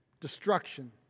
Destruction